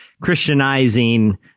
Christianizing